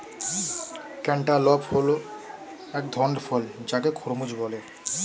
cantaloupe হল এক ধরণের ফল যাকে খরমুজ বলে